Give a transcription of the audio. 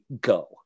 go